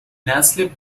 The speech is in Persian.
نسل